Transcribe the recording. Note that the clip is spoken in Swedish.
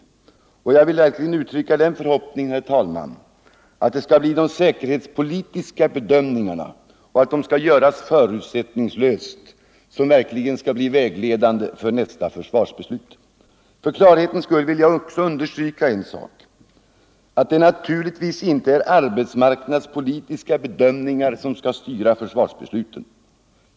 Jag vill verkligen, herr talman, uttrycka den förhoppningen att det blir de säkerhetspolitiska bedömningarna — som skall göras förutsättningslöst — som skall bli vägledande för nästa försvarsbeslut. För klarhetens skull vill jag också understryka att det naturligtvis inte är arbetsmarknadspolitiska bedömningar som skall styra försvarsbesluten.